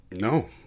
No